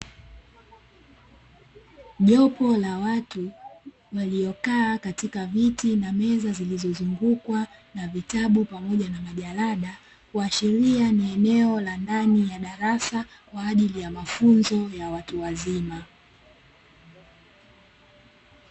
Jopo la watu waliokaa katika viti na meza zilizozungukwa na vitabu pamoja na majalada, kuashiria ni eneo la ndani la darasa kwaajili ya mafunzo ya watu wazima.